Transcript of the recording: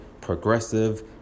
progressive